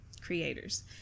creators